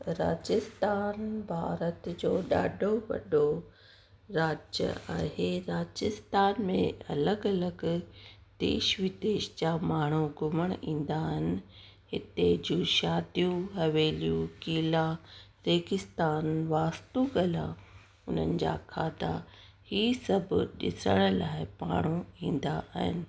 राजस्थान भारत जो ॾाढो वॾो राज्य आहे राजस्थान में अलॻि अलॻि देश विदेश जा माण्हू घुमणु ईंदा आहिनि हिते जूं शादियूं हवेलियूं क़िला रेगिस्तान वास्तू कला उन्हनि जा खाधा हीअ सभु ॾिसण लाइ माण्हू ईंदा आहिनि